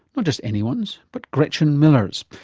not just anyone's but gretchen miller's.